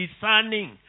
discerning